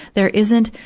there isn't,